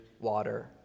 water